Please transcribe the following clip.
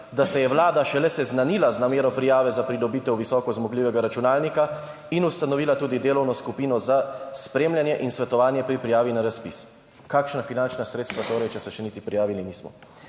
da se je vlada šele seznanila z namero prijave za pridobitev visoko zmogljivega računalnika in ustanovila tudi delovno skupino za spremljanje in svetovanje pri prijavi na razpis. Kakšna finančna sredstva torej, če se še niti prijavili nismo.